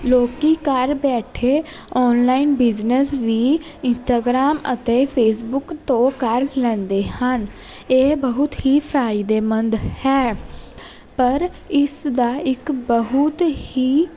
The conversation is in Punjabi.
ਲੋਕ ਘਰ ਬੈਠੇ ਓਨਲਾਈਨ ਬਿਜ਼ਨਸ ਵੀ ਇਸਟਾਗ੍ਰਾਮ ਅਤੇ ਫੇਸਬੁੱਕ ਤੋਂ ਕਰ ਲੈਂਦੇ ਹਨ ਇਹ ਬਹੁਤ ਹੀ ਫਾਇਦੇਮੰਦ ਹੈ ਪਰ ਇਸ ਦਾ ਇੱਕ ਬਹੁਤ ਹੀ